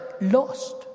lost